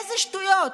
איזה שטויות.